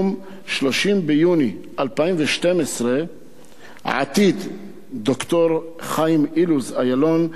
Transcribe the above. ביום 30 ביוני 2012 עתיד ד"ר חיים אילוז-אילון,